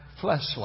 fleshly